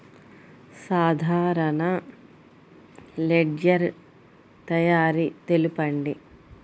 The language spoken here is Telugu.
సాధారణ లెడ్జెర్ తయారి తెలుపండి?